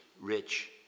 rich